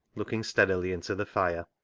looking steadily into the fire,